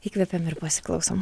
įkvepiam ir pasiklausom